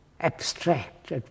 abstract